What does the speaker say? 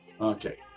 Okay